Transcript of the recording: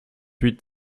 huit